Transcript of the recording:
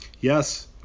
Yes